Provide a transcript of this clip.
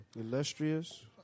Illustrious